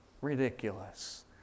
ridiculous